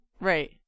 Right